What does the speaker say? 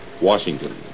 Washington